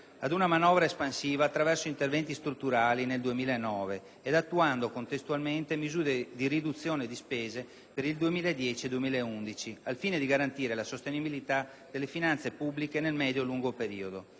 ad una manovra espansiva attraverso interventi strutturali nel 2009 ed attuando, contestualmente, misure di riduzione di spese per il 2010 e 2011 al fine di garantire la sostenibilità delle finanze pubbliche nel medio-lungo periodo.